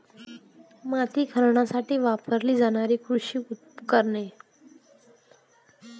माती खणण्यासाठी वापरली जाणारी कृषी उपकरणे